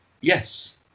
Yes